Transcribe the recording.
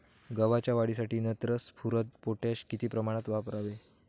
गव्हाच्या वाढीसाठी नत्र, स्फुरद, पोटॅश किती प्रमाणात वापरावे?